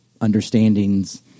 understandings